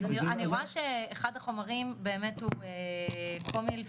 אני רואה שאחד החומרים באמת הוא קומילדקקלון,